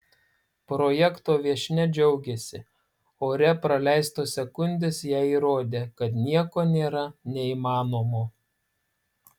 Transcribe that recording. projekto viešnia džiaugėsi ore praleistos sekundės jai įrodė kad nieko nėra neįmanomo